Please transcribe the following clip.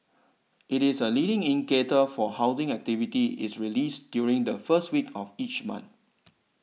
it is a leading indicator for housing activity is released during the first week of each month